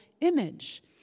image